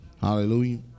Hallelujah